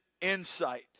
insight